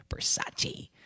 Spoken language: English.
Versace